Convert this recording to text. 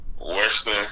Western